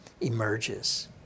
emerges